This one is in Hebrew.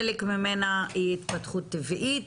חלק ממנה היא התפתחות טבעית.